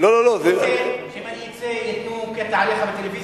האמת היא שאם אני אצא ייתנו עליך קטע בטלוויזיה,